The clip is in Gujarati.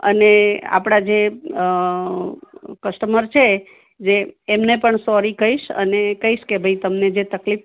અને આપડા જે કસ્ટમબર છે જે એમને પણ સોરી કહીસ અને કઇસ કે તમને જે તકલીફ